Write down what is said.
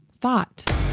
thought